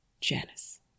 Janice